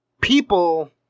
People